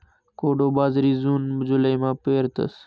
कोडो बाजरी जून जुलैमा पेरतस